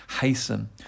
hasten